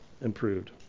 improved